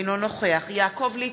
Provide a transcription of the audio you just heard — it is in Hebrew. אינו נוכח יעקב ליצמן,